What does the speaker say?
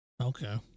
Okay